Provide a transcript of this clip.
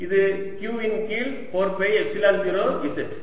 இது Q இன் கீழ் 4 பை எப்சிலன் 0 z